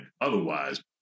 otherwise